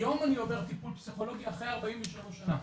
היום אני עובר טיפול פסיכולוגי, אחרי 43 שנים.